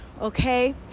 okay